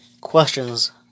questions